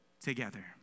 together